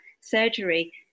surgery